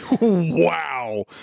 wow